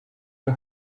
for